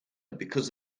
because